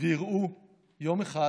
ויראו יום אחד